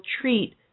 treat